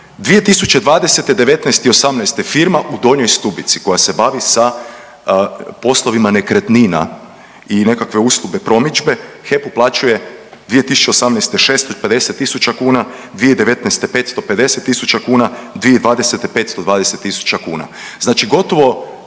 i osamnaeste firma u Donjoj Stubici koja se bavi sa poslovima nekretnina i nekakve usluge promidžbe HEP uplaćuje 2018. 650 000 kuna, 2019. 550 000 kuna, 2020. 520 000 kuna. Znači gotovo